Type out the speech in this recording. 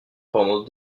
pendant